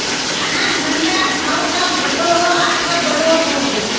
अनाज मंडीर भाव कब घटोहो आर कब बढ़ो होबे?